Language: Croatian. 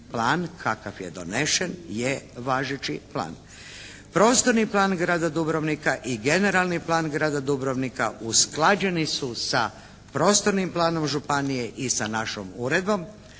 plan kakav je donesen je važeći plan. Prostorni plan grada Dubrovnika i generalni plan grada Dubrovnika usklađeni su sa prostornim planom županije i sa našom uredbom,